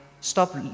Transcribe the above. stop